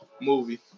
movie